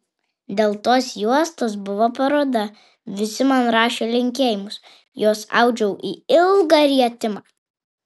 dėl tos juostos buvo paroda visi man rašė linkėjimus juos audžiau į ilgą rietimą